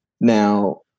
Now